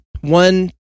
one